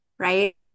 right